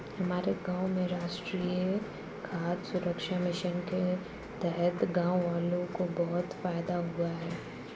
हमारे गांव में राष्ट्रीय खाद्य सुरक्षा मिशन के तहत गांववालों को बहुत फायदा हुआ है